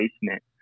basement